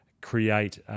create